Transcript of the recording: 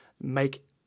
make